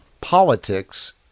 politics